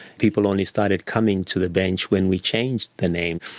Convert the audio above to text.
people only started coming to the bench when we changed the name.